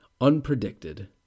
unpredicted